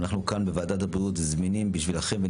אנחנו כאן, בוועדת הבריאות, זמינים עבורכם.